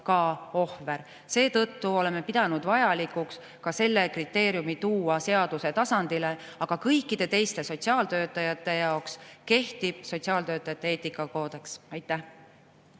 ohver. Seetõttu oleme pidanud vajalikuks tuua ka see kriteerium seaduse tasandil sisse, aga kõikide teiste sotsiaaltöötajate jaoks kehtib sotsiaaltöötajate eetikakoodeks. Suur